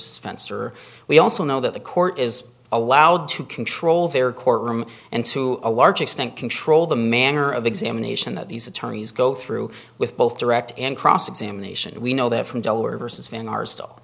spencer we also know that the court is allowed to control their courtroom and to a large extent control the manner of examination that these attorneys go through with both direct and cross examination we know that from delaware versus van ar